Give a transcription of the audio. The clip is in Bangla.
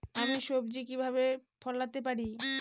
আমি সবজি কিভাবে ফলাতে পারি?